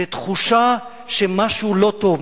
זו תחושה שמשהו לא טוב,